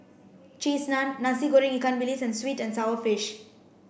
cheese naan Nasi Goreng Ikan Bilis and sweet and sour fish